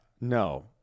No